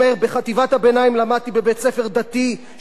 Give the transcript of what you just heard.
בבית-ספר דתי שנוהל על-ידי מורים חשוכים.